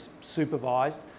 supervised